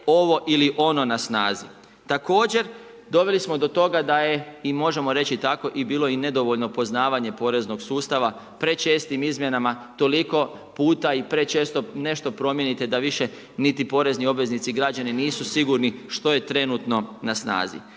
ovo ili ono na snazi. Također doveli smo do toga da je i možemo reći tako i bilo i nedovoljno poznavanje poreznog sustava, prečestim izmjenama toliko puta i prečesto nešto promijenite da više niti porezni obveznici i građani nisu sigurni što je trenutno na snazi.